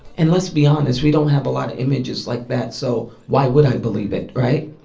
and let's be honest. we don't have a lot of images like that. so why would i believe it, right?